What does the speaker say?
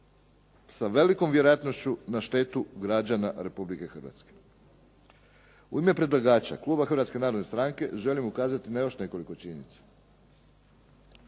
sa velikom vjerojatnošću na štetu građana Republike Hrvatske. U ime predlagača, kluba Hrvatske narodne stranke, želim ukazati na još nekoliko činjenica.